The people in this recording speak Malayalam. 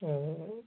ആ ആ ആ